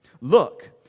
look